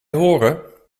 horen